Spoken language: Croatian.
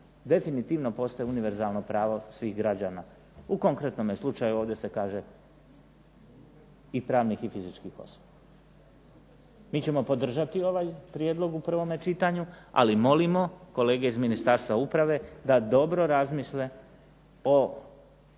definitivno postaje univerzalno pravo svih građana, u konkretnome slučaju ovdje se kaže i pravnih i fizičkih osoba. Mi ćemo podržati ovaj prijedlog u prvome čitanju, ali moramo kolege iz Ministarstva uprave da dobro razmisle o